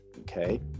okay